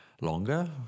longer